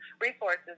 resources